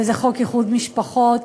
וזה חוק איחוד משפחות.